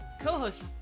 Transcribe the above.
co-host